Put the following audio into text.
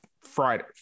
Friday